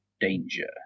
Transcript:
danger